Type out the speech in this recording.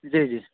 جی جی